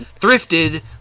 thrifted